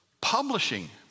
publishing